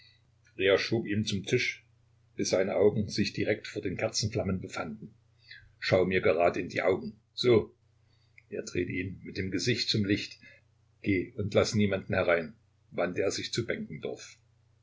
er schob ihn zum tisch bis seine augen sich direkt vor den kerzenflammen befanden schau mir gerade in die augen so er drehte ihn mit dem gesicht zum licht geh und laß niemand herein wandte er sich zu